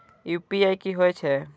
UPI की होई छै?